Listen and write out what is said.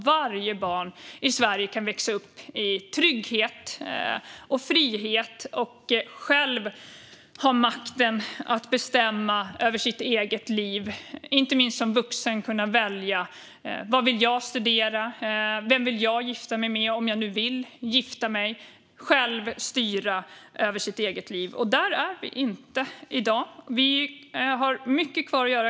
Varje barn i Sverige ska växa upp i trygghet och frihet samt själv ha makten att bestämma över sitt liv - att inte minst som vuxen kunna välja vad jag vill studera, vem jag vill gifta mig med, om jag nu vill gifta mig - och styra över sitt eget liv. Där är vi inte i dag. Det finns mycket kvar att göra.